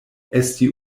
esti